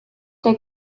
der